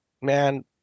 man